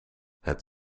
het